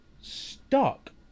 stuck